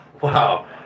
Wow